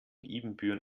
ibbenbüren